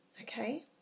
Okay